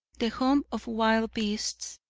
the home of wild beasts.